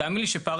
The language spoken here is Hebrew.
תאמין לי שפערי